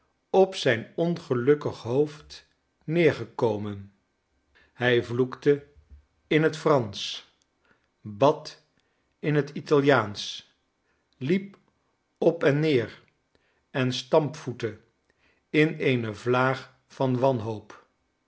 op zijn ongelukkig hoofd neergekomen hij vloekte in het fransch bad in het italiaanscb liep op enneer enstampvoette in eene vlaag van wanhoop